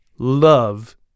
love